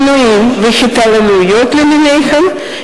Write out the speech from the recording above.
עינויים והתעללויות למיניהם,